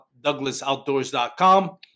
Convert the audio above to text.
douglasoutdoors.com